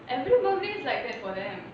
every birthday is like that for them